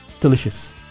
delicious